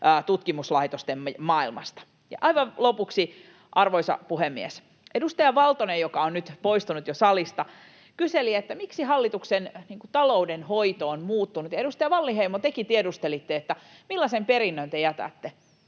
tutkimuslaitostemme maailmasta. Ja aivan lopuksi, arvoisa puhemies! Edustaja Valtonen, joka on nyt poistunut jo salista, kyseli, miksi hallituksen taloudenhoito on muuttunut, ja, edustaja Wallinheimo, tekin tiedustelitte, millaisen perinnön jätämme.